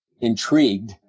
intrigued